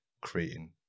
creating